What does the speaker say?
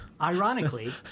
ironically